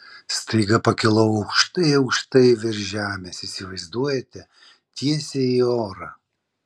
staiga pakilau aukštai aukštai virš žemės įsivaizduojate tiesiai į orą